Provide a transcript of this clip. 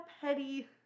Petty